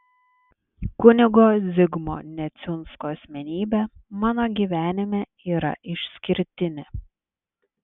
kunigo zigmo neciunsko asmenybė mano gyvenime yra išskirtinė